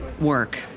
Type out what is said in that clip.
work